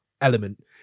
element